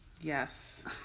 Yes